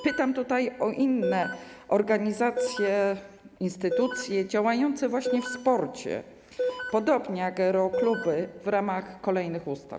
Pytam tutaj o inne organizacje, instytucje działające właśnie w sporcie, podobnie jak aerokluby, w ramach kolejnych ustaw.